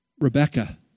Rebecca